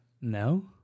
No